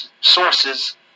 sources